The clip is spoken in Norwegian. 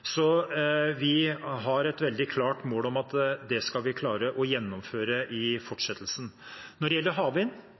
Så vi har et veldig klart mål om at det skal vi klare å gjennomføre i fortsettelsen. Når det gjelder havvind,